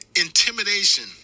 intimidation